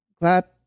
Clap